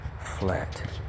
flat